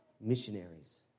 missionaries